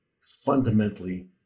fundamentally